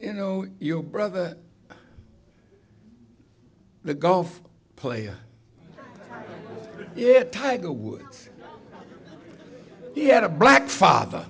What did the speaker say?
you know your brother the golf player yeah tiger woods he had a black father